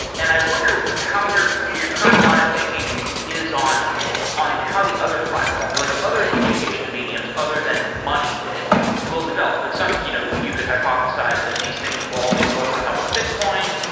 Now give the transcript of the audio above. and i wonder how your your current line of thinking is on on how the other platform, like other communication mediums other than money will develop. like so you know you could hypothesize that these things will all be built on top of bitcoin,